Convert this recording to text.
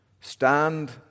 Stand